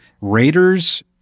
Raiders